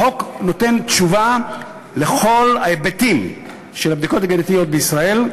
החוק נותן תשובה לכל ההיבטים של הבדיקות הגנטיות בישראל.